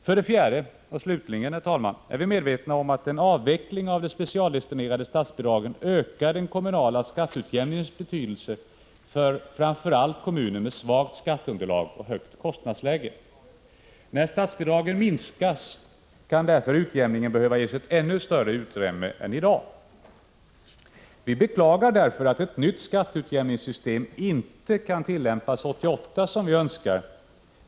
För det fjärde och slutligen är vi medvetna om att en avveckling av de specialdestinerade statsbidragen ökar den kommunala skatteutjämningens betydelse för framför allt kommuner med svagt skatteunderlag och högt kostnadsläge. När statsbidragen minskas kan därför utjämningen behöva ges ett ännu större utrymme än i dag. Vi beklagar därför att ett nytt skatteutjämningssystem inte kan tillämpas 1988 som vi önskar.